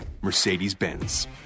Mercedes-Benz